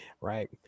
right